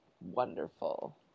wonderful